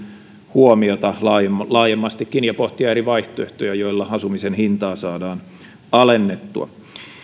huomiota laajemmastikin ja pohtia eri vaihtoehtoja joilla asumisen hintaa saadaan alennettua